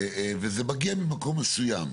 וזה מגיע ממקום מסוים.